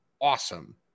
awesome